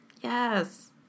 Yes